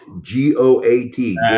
G-O-A-T